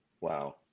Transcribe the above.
Wow